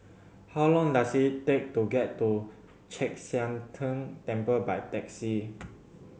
how long does it take to get to Chek Sian Tng Temple by taxi